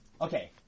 Okay